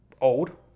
old